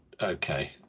Okay